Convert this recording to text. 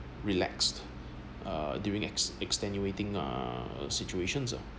relaxed uh during ex~ extenuating uh situation